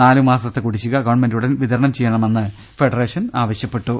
നാലുമാസത്തെ കുടിശിക ഗവൺമെന്റ് ഉടൻ വിതരണം ചെയ്യണമെന്ന് ഫെഡറേഷൻ ആവശ്യപ്പെട്ടു